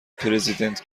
پرزیدنت